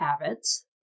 habits